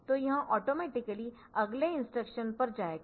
तो यह ऑटोमेटिकली अगले इंस्ट्रक्शन पर जाएगा